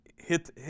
hit